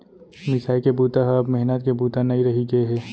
मिसाई के बूता ह अब मेहनत के बूता नइ रहि गे हे